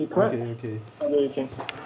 okay okay